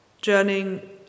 Journeying